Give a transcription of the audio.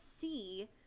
see